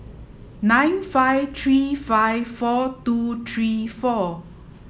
nine five three five four two three four